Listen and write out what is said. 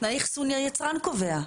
תנאי אחסון היצרן קובע.